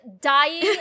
dying